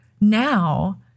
now